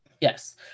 Yes